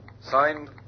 Signed